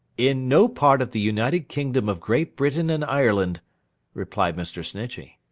in no part of the united kingdom of great britain and ireland replied mr. snitchey.